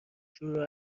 شروع